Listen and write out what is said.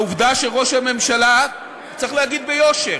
העובדה שראש הממשלה, צריך להגיד ביושר,